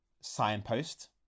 signpost